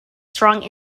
strong